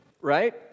right